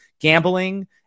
gambling